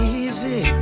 easy